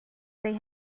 they